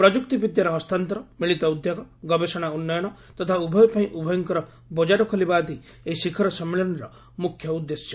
ପ୍ରମ୍ଭକ୍ତି ବିଦ୍ୟାର ହସ୍ତାନ୍ତର ମିଳିତ ଉଦ୍ୟୋଗ ଗବେଷଣା ଉନ୍ନୟନ ତଥା ଉଭୟ ପାଇଁ ଉଭୟଙ୍କର ବକାର ଖୋଲିବା ଆଦି ଏହି ଶିଖର ସମ୍ମିଳନୀର ମ୍ବଖ୍ୟ ଉଦ୍ଦେଶ୍ୟ